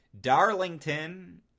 Darlington